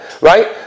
Right